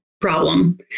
problem